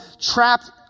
Trapped